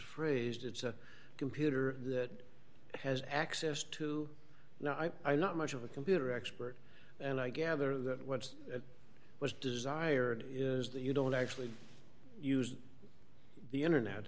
phrased it's a computer that has access to now i'm not much of a computer expert and i gather that once it was desired is that you don't actually use the internet